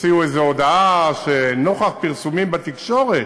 הוציאו איזה הודעה שנוכח פרסומים בתקשורת,